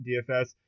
DFS